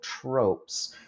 tropes